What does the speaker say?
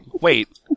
wait